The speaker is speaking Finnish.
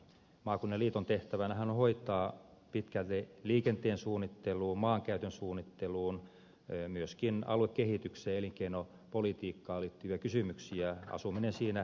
maakunnan liiton tehtävänähän on hoitaa pitkälti liikenteen suunnitteluun maankäytön suunnitteluun myöskin aluekehitykseen ja elinkeinopolitiikkaan liittyviä kysymyksiä asuminen siinä sivussa